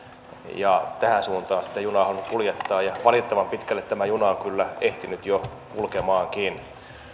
tähän suuntaan sitä on juna halunnut kuljettaa ja valitettavan pitkälle tämä juna on kyllä ehtinyt jo kulkemaankin